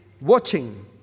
Watching